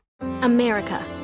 America